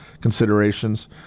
considerations